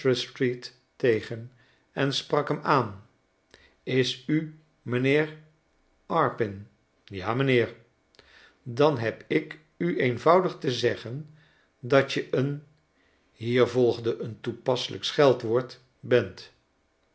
tegen en sprak hem aan isum'nheer arpin b ja m'nheer dan heb ik u eenvoudig te zeggen datje een hier volgde een toepasselijk scheldwoord bent